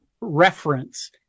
reference